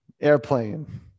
Airplane